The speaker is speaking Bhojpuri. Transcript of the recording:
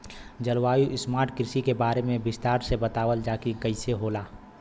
जलवायु स्मार्ट कृषि के बारे में विस्तार से बतावल जाकि कइसे होला?